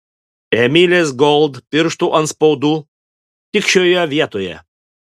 emilės gold pirštų atspaudų tik šioje vietoje